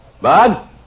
Bud